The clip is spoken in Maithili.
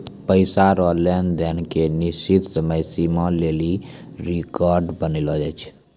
पैसा रो लेन देन के निश्चित समय सीमा लेली रेकर्ड बनैलो जाय छै